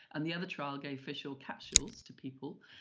and the other trial gave fish oil capsules to people,